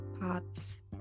parts